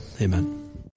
Amen